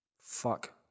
Fuck